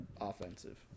offensive